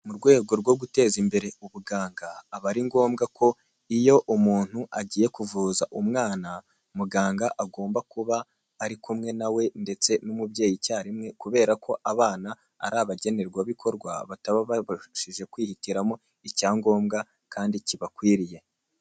Mu rwego rwo guteza imbere ubuganga aba ari ngombwa ko iyo umuntu agiye kuvuza umwana muganga agomba kuba ari kumwe na ndetse n'umubyeyi icyarimwe kubera ko abana ari abagenerwabikorwa bataba babashije kwihitiramo icyangombwa kandi kibakwiriye.